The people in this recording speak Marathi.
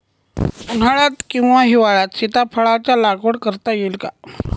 उन्हाळ्यात किंवा हिवाळ्यात सीताफळाच्या लागवड करता येईल का?